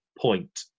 point